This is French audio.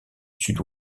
sud